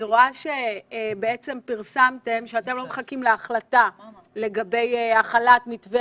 אני רואה שפרסמתם שאתם לא מחכים להחלטה לגבי החלת מתווה